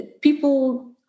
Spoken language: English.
people